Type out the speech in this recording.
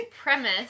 premise